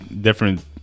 different